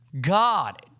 God